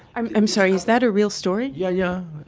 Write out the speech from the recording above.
i'm i'm sorry. is that a real story? yeah. yeah